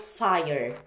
fire